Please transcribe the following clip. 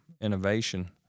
innovation